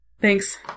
Thanks